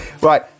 right